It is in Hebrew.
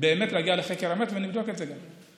באמת להגיע לחקר האמת, ונבדוק את זה גם.